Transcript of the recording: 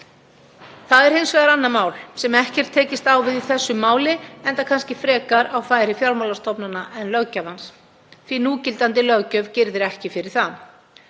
Það er hins vegar annað mál sem ekki er tekist á við í þessu máli enda kannski frekar á færi fjármálastofnana en löggjafans, því að núgildandi löggjöf girðir ekki fyrir það.